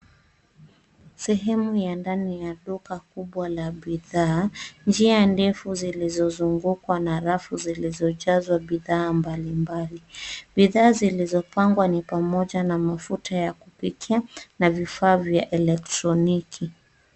Sehemu ya ndani ya duka kubwa la bidhaa. Njia ndefu zilizozungukwa na rafu zilizojazwa bidhaa mbali mbali . Bidhaa zilizopangwa ni pamoja na mafuta ya kupika na vifaa vya elektroniki.